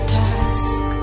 task